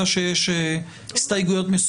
זאת הנחייה?